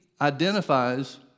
identifies